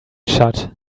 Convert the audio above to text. shut